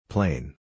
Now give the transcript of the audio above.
Plain